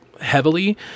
heavily